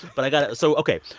but i've got to so ok,